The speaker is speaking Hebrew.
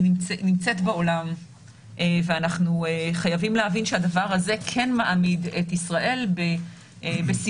היא נמצאת בעולם ואנחנו חייבים להבין שהדבר הזה כן מעמיד את ישראל בסיכון